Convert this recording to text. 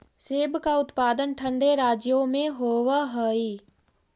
सेब का उत्पादन ठंडे राज्यों में होव हई